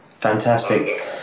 Fantastic